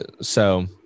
So-